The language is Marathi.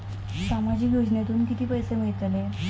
सामाजिक योजनेतून किती पैसे मिळतले?